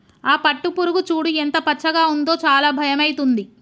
ఆ పట్టుపురుగు చూడు ఎంత పచ్చగా ఉందో చాలా భయమైతుంది